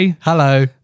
hello